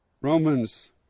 Romans